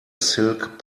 silk